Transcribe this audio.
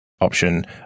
option